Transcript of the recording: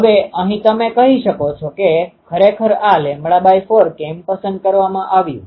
હવે અહીં તમે કહી શકો છો કે ખરેખર આ λ4 કેમ પસંદ કરવામાં આવ્યું